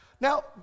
Now